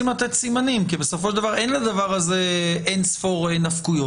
לתת סימנים כי בסופו של דבר אין לדבר הזה אין ספור נפקויות.